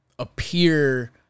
appear